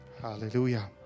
Hallelujah